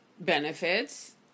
benefits